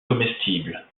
comestible